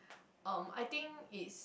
um I think it's